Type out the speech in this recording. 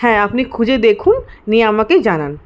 হ্যাঁ আপনি খুঁজে দেখুন নিয়ে আমাকে জানান